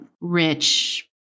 rich